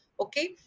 okay